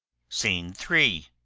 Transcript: scene three.